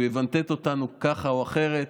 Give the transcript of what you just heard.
הוא יבנטט אותנו ככה או אחרת,